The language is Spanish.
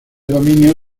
dominio